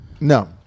No